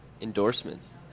Endorsements